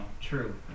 True